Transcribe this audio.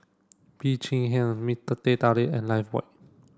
Bee Cheng Hiang Mister Teh Tarik and Lifebuoy